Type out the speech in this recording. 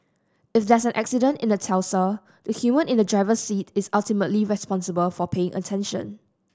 if there's an accident in a Tesla the human in the driver's seat is ultimately responsible for paying attention